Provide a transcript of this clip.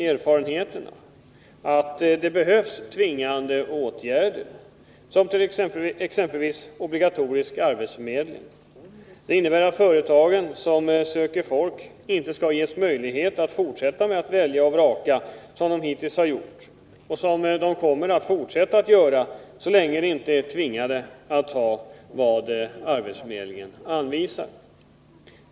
Erfarenheterna visar ju att det behövs tvingande åtgärder, t.ex. obligatorisk arbetsförmedling. Det innebär att företag som söker folk inte skall ges möjlighet att fortsätta med att välja och vraka, som de hittills har gjort och som de kommer att fortsätta att göra så länge de inte är tvingade att ta vad arbetsförmedlingen anvisar.